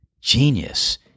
Genius